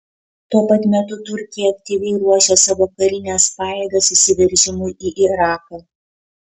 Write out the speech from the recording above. tuo pat metu turkija aktyviai ruošia savo karines pajėgas įsiveržimui į iraką